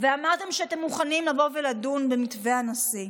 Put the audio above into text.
ואמרתם שאתם מוכנים לבוא ולדון במתווה הנשיא.